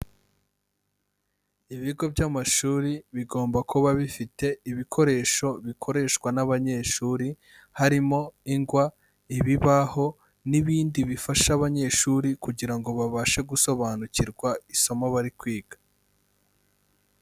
Ibigo by'amashuri bigomba kuba bifite ibikoresho bikoreshwa n'abanyeshuri harimo ingwa, ibibaho n'ibindi bifasha abanyeshuri kugira ngo babashe gusobanukirwa isomo bari kwiga.